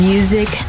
Music